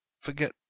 forget